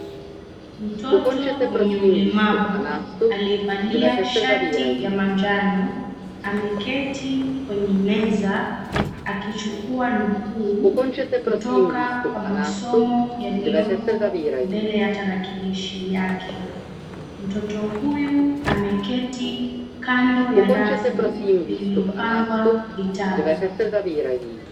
Mtoto mwenye ulemavu aliyevalia shati ya manjano, ameketi kwenye meza akichukua nukuu kutoka kwa masomo yaliyoko mbele ya tarakilishi yake. Mtoto huyu ameketi kando ya rafu lililopangwa vitabu.